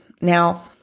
Now